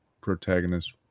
protagonist